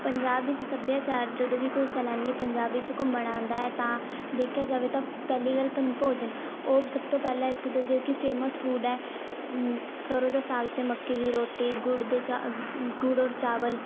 ਪੰਜਾਬ ਵਿੱਚ ਸੱਭਿਆਚਾਰ ਜਦੋਂ ਵੀ ਕੋਈ ਸੈਲਾਨੀ ਪੰਜਾਬ ਵਿੱਚ ਘੁੰਮਣ ਆਉਂਦਾ ਹੈ ਤਾਂ ਦੇਖਿਆ ਜਾਵੇ ਤਾਂ ਪਹਿਲੀ ਗੱਲ ਪ ਭੋਜਨ ਉਹ ਸਭ ਤੋਂ ਪਹਿਲਾਂ ਇੱਥੇ ਦਾ ਜੋ ਕਿ ਫੇਮਸ ਫੂਡ ਹੈ ਸਰ੍ਹੋਂ ਦਾ ਸਾਗ ਅਤੇ ਮੱਕੀ ਦੀ ਰੋਟੀ ਗੁੜ ਦੀ ਚਾਹ ਗੁੜ ਔਰ ਚਾਵਲ